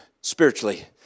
spiritually